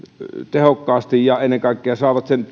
tehokkaasti ja ennen kaikkea saavat